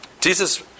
Jesus